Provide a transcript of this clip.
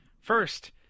First